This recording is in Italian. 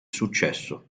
successo